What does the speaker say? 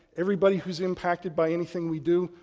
everybody who's impacted by anything we do,